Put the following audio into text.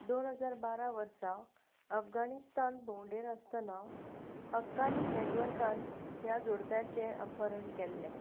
दोन हजार बारा वर्सा अफगाणिस्तान भोंवडेर आसतना हक्कानी नॅटवर्कान ह्या जोडप्याचें अपहरण केल्लें